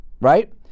right